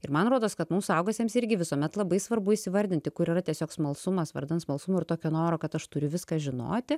ir man rodos kad mums suaugusiems irgi visuomet labai svarbu įsivardinti kur yra tiesiog smalsumas vardan smalsumo ir tokio noro kad aš turiu viską žinoti